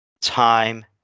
time